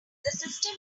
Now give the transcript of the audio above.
system